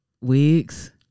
Wigs